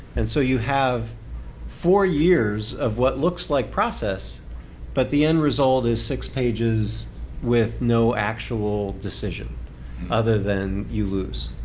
and so you have four years of what looks like process but the end result is six pages with no actual decision other than you lose.